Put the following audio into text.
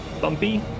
bumpy